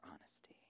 honesty